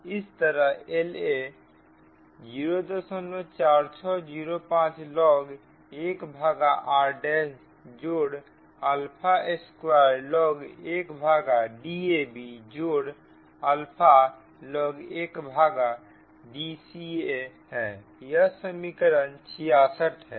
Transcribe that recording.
इस तरह La 04605 log 1 भागा rजोड़ अल्फा स्क्वायर log 1Dab जोड़ अल्फा log 1 Dca है यह समीकरण 66 है